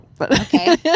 Okay